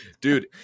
Dude